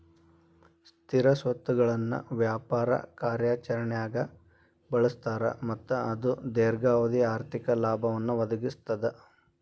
ಸ್ಥಿರ ಸ್ವತ್ತುಗಳನ್ನ ವ್ಯಾಪಾರ ಕಾರ್ಯಾಚರಣ್ಯಾಗ್ ಬಳಸ್ತಾರ ಮತ್ತ ಅದು ದೇರ್ಘಾವಧಿ ಆರ್ಥಿಕ ಲಾಭವನ್ನ ಒದಗಿಸ್ತದ